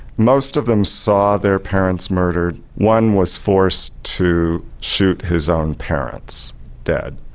most of them saw their parents murdered one was forced to shoot his own parents dead.